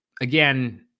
again